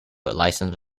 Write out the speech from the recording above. licence